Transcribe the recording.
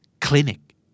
Clinic